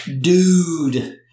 Dude